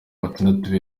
batandatu